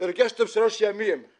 הרגשתי שלושה ימים;